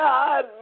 God